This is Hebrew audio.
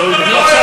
המדינה,